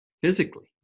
physically